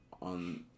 on